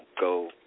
go